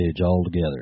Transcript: altogether